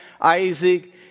Isaac